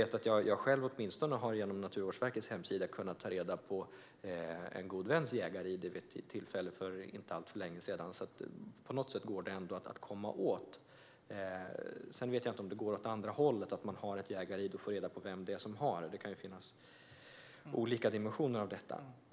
Jag har åtminstone själv genom Naturvårdsverkets hemsida kunnat ta reda på en god väns jägar-id vid ett tillfälle för inte alltför länge sedan. På något sätt går det alltså ändå att komma åt. Jag vet dock inte om det går åt det andra hållet, alltså om man har ett jägar-id och vill få reda på vem som har detta. Det kan finnas olika dimensioner av det hela.